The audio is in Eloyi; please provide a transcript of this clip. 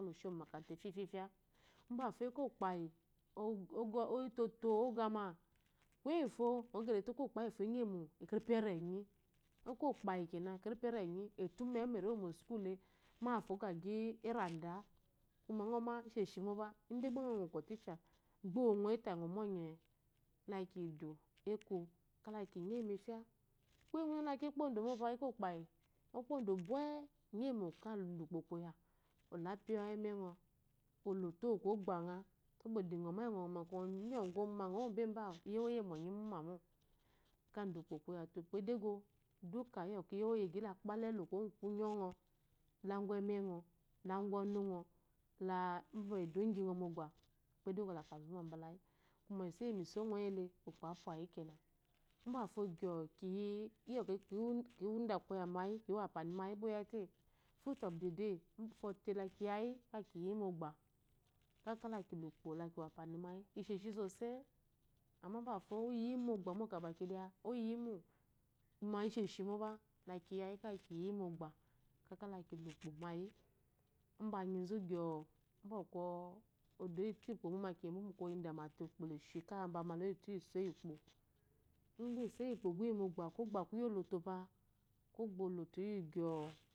Kala oshe mu omokata efyefya mbafo ekokpayi oyitoto ogma ngo gelete okokpeyi ufo enyeyimo ekerepe erenyi okokpeyi kenɔ ekerepe erenyi etoume wu moschoole bafo ogyeyi erada kuma ngoma ishoshimobe ngo ma gba ngo ku otshe gba wogoyi tayi ngo muonye so lakiyidu eko kala ki nyeyimo efya kuye guna-gune laki kpodomopa ekokpeyi ngo kpodo bwe nyieyimo ka dáa ukpo koye olapiye wengo, olot wo kogbanga sobode ingiome yingo ngome ngonyo goma ngo wo bebe awu ayowyi eyi mu onye imumamo ka da aukpo koyate ukpoedego iyikwɔ eyo woyi egyite la kalange yi du kuwo gu kungo la un emengo, la gu onungo la endogyingo mogba edego la kezu ma mbalayi kuma isomi songo yile ukpo apwayi kenɔ mbafi gyoo kiyi inyokwɔ kidaa koyamayi kiwo apani mayi gba oyayte food of the day infɔtela kiyaya lakiyiyi mogbe kaka laki le uko kekiwo ampani mayi sosai amma mbafo oyimo gadate oyiyimo kumo isheshi mobe lakiyayi kalekiyiyi mogbe kakakile ikpo mayi mbianyizu gyoo bwɔkwo odeyi ukpo mo kiyebo mu koye idama ka umbama loyitu iso yi ukpo ide gbe iso yimqoo gbe iyi mogbe kogbe yuyi olutopa kogbe oloto uyigyao